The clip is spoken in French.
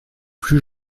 plus